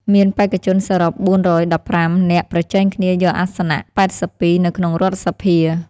មានបេក្ខជនសរុប ៤១៥ នាក់ប្រជែងគ្នាយកអាសនៈ ៨២ នៅក្នុងរដ្ឋសភា។